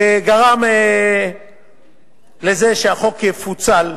וגרם שהחוק יפוצל,